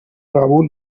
قبول